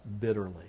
bitterly